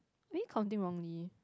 we counting wrongly